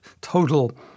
total